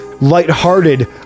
lighthearted